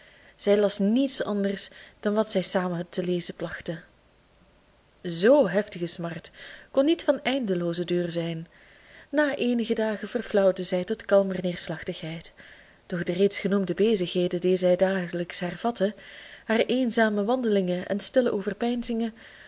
zij las niets anders dan wat zij samen te lezen plachten z heftige smart kon niet van eindeloozen duur zijn na eenige dagen verflauwde zij tot kalmer neerslachtigheid doch de reeds genoemde bezigheden die zij dagelijks hervatte haar eenzame wandelingen en stille